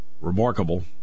remarkable